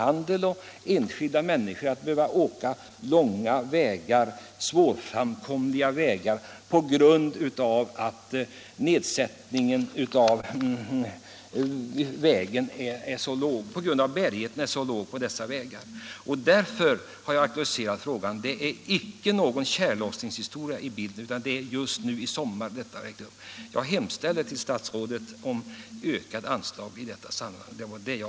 Inte bara enskilda människor utan också industrioch handel berörs. Man tvingas ta långa och besvärliga omvägar på grund av att bärigheten är så låg på vissa sträckor. Det är därför jag har framställt min fråga. Det är icke någon tjällossningshistoria som ligger bakom detta utan händelser som inträffat i sommar alldeles självklart. Jag hemställer till statsrådet om ökat anslag i detta sammanhang.